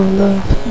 love